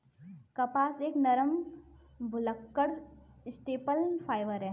कपास एक नरम, भुलक्कड़ स्टेपल फाइबर है